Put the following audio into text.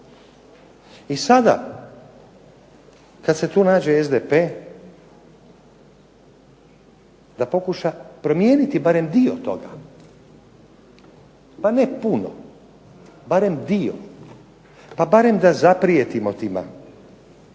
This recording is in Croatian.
I sada kad se tu nađe SDP da pokuša promijeniti barem dio toga, pa ne puno, barem dio, pa barem da zaprijetimo tima